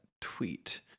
tweet